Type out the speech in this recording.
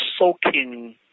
soaking